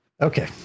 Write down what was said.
Okay